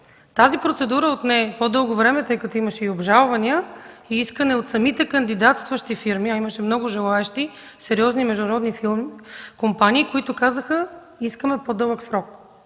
Тази процедура отне по-дълго време, тъй като имаше и обжалвания и искане от самите кандидатстващи фирми, а имаше много желаещи, сериозни международни компании, които казаха: „Искаме по-дълъг срок”.